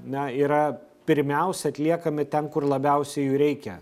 na yra pirmiausia atliekami ten kur labiausiai jų reikia